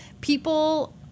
People